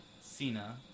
Cena